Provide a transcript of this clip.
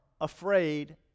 afraid